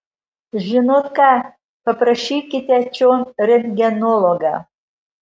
žinot ką paprašykite čion rentgenologą